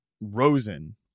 Rosen